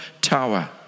tower